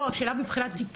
לא, אני שואלת מבחינת הטיפול.